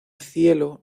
cielo